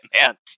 man